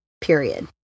period